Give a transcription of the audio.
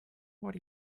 what